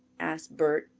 asked bert.